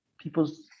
people's